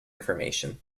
information